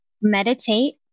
meditate